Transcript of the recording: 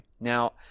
now